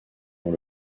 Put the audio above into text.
dans